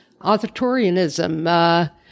authoritarianism